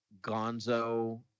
gonzo